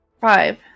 Five